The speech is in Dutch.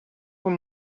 voor